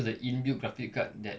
it's a inbuilt graphic card that